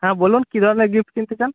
হ্যাঁ বলুন কী ধরনের গিফট কিনতে চান